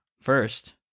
first